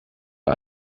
wir